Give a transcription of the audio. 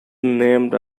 named